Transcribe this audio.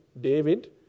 David